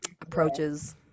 approaches